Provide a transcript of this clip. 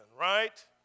right